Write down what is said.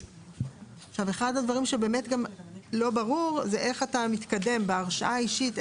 אחד הדברים שגם לא ברור זה איך אתה מתקדם בהרשאה אישית,